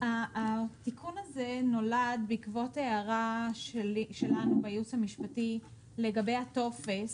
התיקון הזה נולד בעקבות ההערה שלנו בייעוץ המשפטי לגבי הטופס,